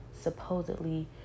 supposedly